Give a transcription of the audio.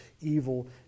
evil